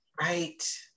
right